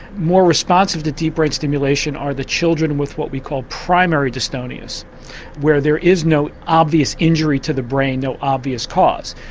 more responsive to deep brain stimulation are the children with what we call primary dystonias where there is no obvious injury to the brain, no obvious cause.